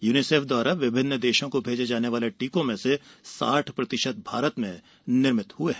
UNICEF द्वारा विभिन्न देशों को भेजे जाने वाले टीकों में से साठ प्रतिशत भारत में निर्मित हुए हैं